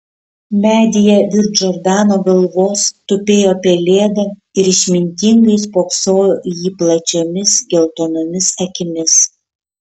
medyje virš džordano galvos tupėjo pelėda ir išmintingai spoksojo į jį plačiomis geltonomis akimis